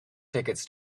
tickets